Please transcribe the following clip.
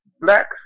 blacks